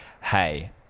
Hey